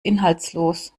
inhaltslos